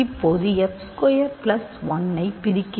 இப்போது f square plus 1 ஐ பிரிக்கிறது